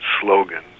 slogans